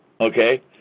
Okay